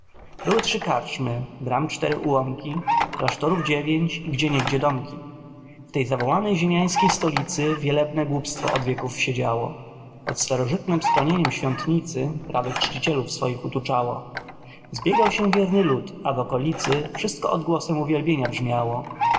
były trzy karczmy bram cztery ułomki klasztorów dziewięć i gdzieniegdzie domki w tej zawołanej ziemiańskiej stolicy wielebne głupstwo od wieków siedziało pod starożytnem schronieniem świątnicy prawych czcicielów swoich utuczało zbiegał się wierny lud a w okolicy wszystko odgłosem uwielbienia brzmiało